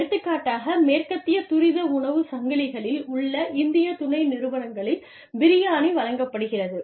எடுத்துக்காட்டாக மேற்கத்திய துரித உணவு சங்கிலிகளில் உள்ள இந்திய துணை நிறுவனங்களில் பிரியாணி வழங்கப்படுகிறது